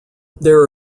there